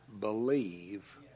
believe